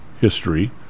history